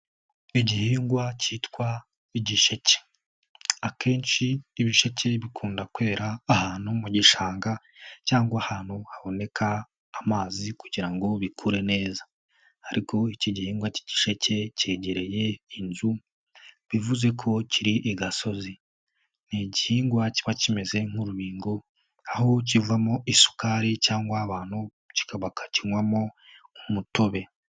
Igihingwa kitwa igisheke, akenshi ibisheke bikunda kwera ahantu mu gishanga cyangwa ahantu haboneka amazi kugira ngo bikure neza ariko icyo gihingwa k'igiceke kegereye inzu bivuze ko kiri i gasozi, ni igihingwa kiba kimeze nk'urubingo aho kivamo isukari cyangwa abantu bakakinywamo umutobe.